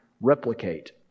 replicate